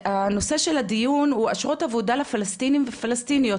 הנושא של הדיון הוא אשרות עבודה לפלסטינים ופלסטיניות